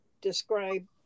describe